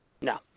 No